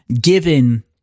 given